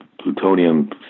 plutonium